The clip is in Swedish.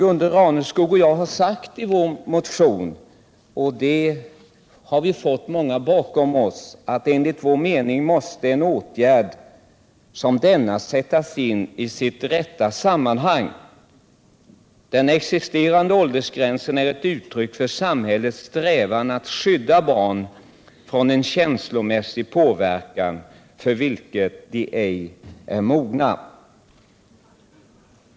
Gunde Raneskog och jag har sagt i vår motion — och där har vi fått många bakom oss — att enligt vår mening måste en åtgärd som den här föreslagna sättas in i sitt rätta sammanhang. Den existerande åldersgränsen är ett uttryck för samhällets strävan att skydda barn från en känslomässig påverkan för vilken de ej är mogna.